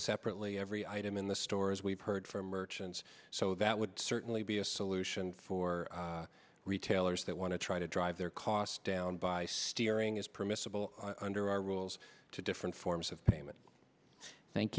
separately every item in the store as we've heard from merchants so that would certainly be a solution for retailers that want to try to drive their costs down by steering is permissible under our rules to different forms of payment thank